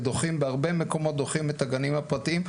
ודוחים בהרבה מקומות את הגנים הפרטיים,